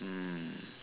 hmm